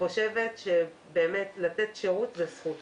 חושבת שלתת שירות זאת זכות